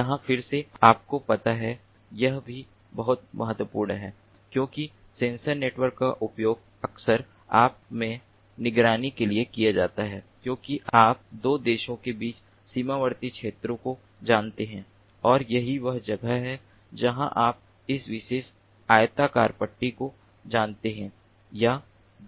यहाँ फिर से आपको पता है यह भी बहुत महत्वपूर्ण है क्योंकि सेंसर नेटवर्क का उपयोग अक्सर आप में निगरानी के लिए किया जाता है क्योंकि आप दो देशों के बीच सीमावर्ती क्षेत्रों को जानते हैं और यही वह जगह है जहाँ आप इस विशेष आयताकार पट्टी को जानते हैं या